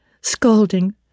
scalding